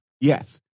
Yes